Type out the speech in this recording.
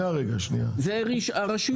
זה הרשויות.